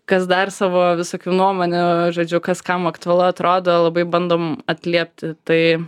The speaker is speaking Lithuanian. kas dar savo visokių nuomonių žodžiu kas kam aktualu atrodo labai bandom atliepti tai